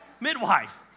Midwife